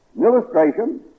illustration